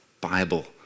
Bible